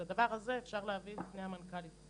את הדבר הזה אפשר להביא בפני המנכ"לית.